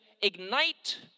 ignite